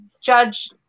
Judge